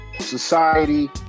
society